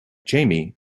jaime